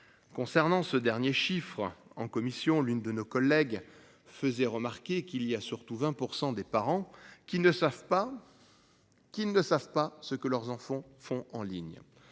Concernant ce dernier chiffre en commission l'une de nos collègue faisait remarquer qu'il y a surtout 20% des parents qui ne savent pas. Qui ne savent pas ce que leurs enfants font en ligne